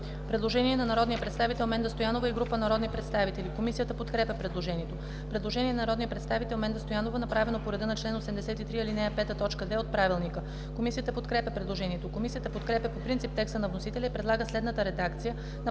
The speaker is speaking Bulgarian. предложение от народния представител Менда Стоянова и група народни представители. Комисията подкрепя предложението. Предложение на народния представител Менда Стоянова, направено по реда на чл. 83, ал. 5, т. 2 от ПОДНС. Комисията подкрепя предложението. Комисията подкрепя по принцип текста на вносителя и предлага следната редакция